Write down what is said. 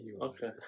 Okay